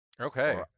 Okay